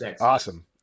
Awesome